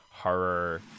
horror